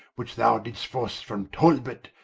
which thou didst force from talbot,